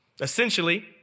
Essentially